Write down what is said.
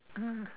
mm